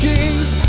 Kings